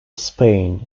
spain